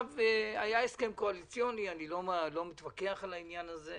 היה הסכם קואליציוני ואני לא מתווכח על כך, לפיו